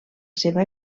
seva